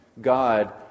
God